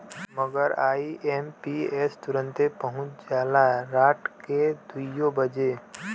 मगर आई.एम.पी.एस तुरन्ते पहुच जाला राट के दुइयो बजे